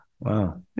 Wow